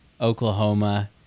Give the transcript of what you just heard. Oklahoma